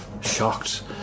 shocked